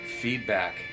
feedback